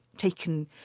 taken